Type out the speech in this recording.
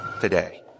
Today